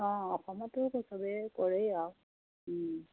অঁ অসমতো সেইটো চবেই কৰেই আৰু